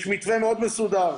יש מתווה מאוד מסודר.